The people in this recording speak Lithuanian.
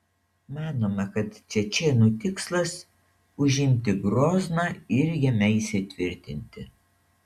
manoma kad čečėnų tikslas užimti grozną ir jame įsitvirtinti